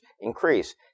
increase